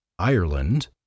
Ireland